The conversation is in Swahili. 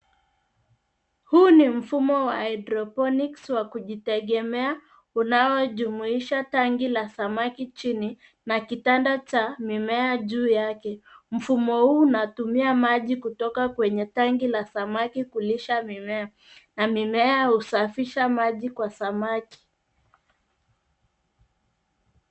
Huu ni mfumo wa haidroponiki wa kujitegemea unajumuisha tanki la samaki chini na kitanda cha mimea juu yake. Mfumo huu unatumia maji kutoka kwenye tanki la samaki kulisha mimea na mimea hsafisha maji kwa samaki.